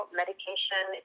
medication